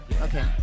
okay